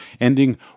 ending